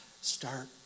Start